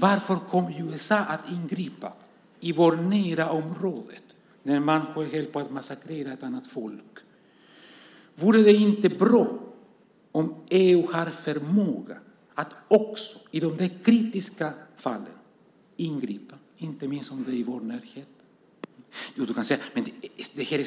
Varför ingrep USA i vårt närområde när man höll på att massakrera ett annat folk? Vore det inte bra om EU hade förmåga att också ingripa i de kritiska fallen, inte minst om det är i vår närhet? Du kan säga